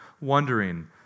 wondering